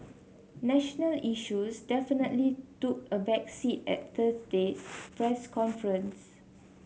national issues definitely took a back seat at Thursday's press conference